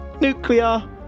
Nuclear